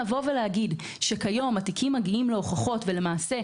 להגיד שכיום התיקים מגיעים להוכחות ולמעשה,